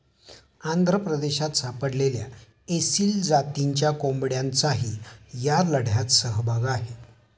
आंध्र प्रदेशात सापडलेल्या एसील जातीच्या कोंबड्यांचाही या लढ्यात सहभाग आहे